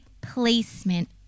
placement